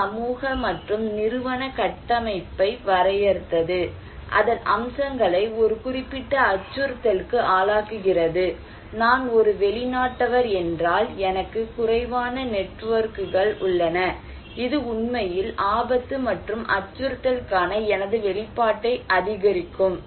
இது சமூக மற்றும் நிறுவன கட்டமைப்பை வரையறுத்தது அதன் அம்சங்களை ஒரு குறிப்பிட்ட அச்சுறுத்தலுக்கு ஆளாக்குகிறது நான் ஒரு வெளிநாட்டவர் என்றால் எனக்கு குறைவான நெட்வொர்க்குகள் உள்ளன இது உண்மையில் ஆபத்து மற்றும் அச்சுறுத்தலுக்கான எனது வெளிப்பாட்டை அதிகரிக்கும்